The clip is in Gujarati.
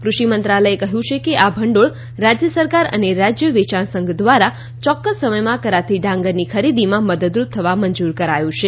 કૃષિ મંત્રાલયે કહ્યું છે કે આ ભંડોળ રાજ્ય સરકાર અને રાજ્ય વેચાણ સંઘ દ્વારા યોક્કસ સમયમાં કરાતી ડાંગરની ખરીદીમાં મદદરૂપ થવા મંજૂર કરાયું છે